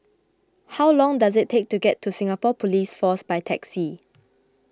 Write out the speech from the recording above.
how long does it take to get to Singapore Police Force by taxi